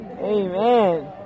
Amen